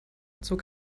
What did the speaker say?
zog